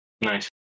nice